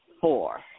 four